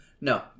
No